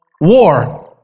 war